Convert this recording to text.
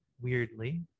weirdly